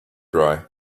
dry